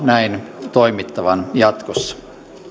näin toimittavan jatkossa